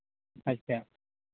ᱟᱪᱪᱷᱟ